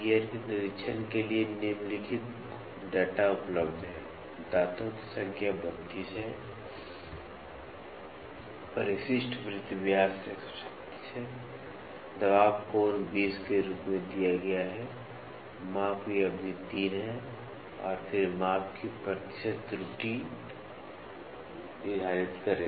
gear के निरीक्षण के लिए निम्नलिखित डेटा उपलब्ध है दांतों की संख्या 32 है परिशिष्ट वृत्त व्यास 136 है दबाव कोण 20 के रूप में दिया गया है माप की अवधि 3 है और फिर माप की प्रतिशत त्रुटि निर्धारित करें